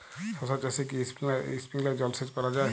শশা চাষে কি স্প্রিঙ্কলার জলসেচ করা যায়?